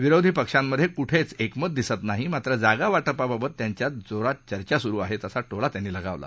विरोधी पक्षांमध्ये कुठेच एकमत दिसत नाही मात्र जागा वाटपाबाबत त्यांच्यात जोरात चर्चा सुरु आहेत असा टोला त्यांनी लगावला